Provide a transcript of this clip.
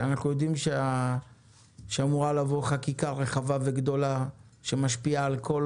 אנחנו יודעים שאמורה לבוא חקיקה רחבה וגדולה שמשפיעה על כל